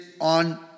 on